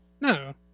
no